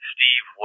Steve